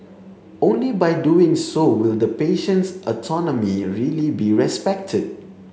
only by doing so will the patient's autonomy really be respected